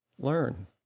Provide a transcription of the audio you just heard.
learn